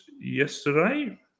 yesterday